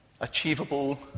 achievable